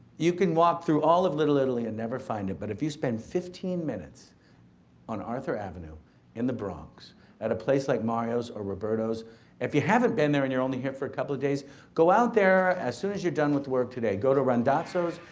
you can walk through all of little italy and never find it, but if you spend fifteen minutes on arthur avenue in the bronx at a place like mario's or roberto's if you haven't been there and you're only here for a couple of days go out there as soon as you're done with work today. go to randazzo's,